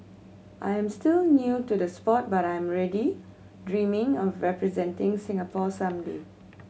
I am still new to the sport but I am already dreaming of representing Singapore some day